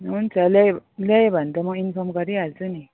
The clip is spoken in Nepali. हुन्छ ल्यायो ल्यायो भने त म इन्फर्म गरिहाल्छु नि